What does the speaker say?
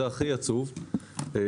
לא.